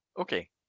Okay